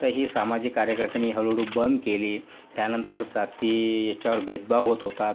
तर ही सामाजिक कार्यकर्त्यांनी हळूहळू बंद केली त्यानंतर जाती याच्यावर भेदभाव होत होता